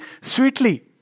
sweetly